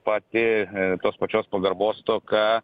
pati tos pačios pagarbos stoka